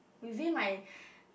within my